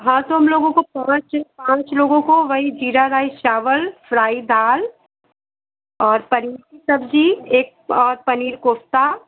हाँ तो हम लोगों को पाँच पाँच लोगों को वही ज़ीरा राइस चावल फ़्राइ दाल और पनीर की सब्ज़ी एक और पनीर कोफ़्ता